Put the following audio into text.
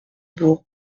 bourg